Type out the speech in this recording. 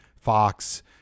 Fox